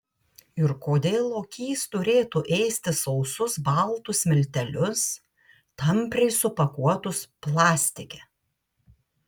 ir kodėl lokys turėtų ėsti sausus baltus miltelius tampriai supakuotus plastike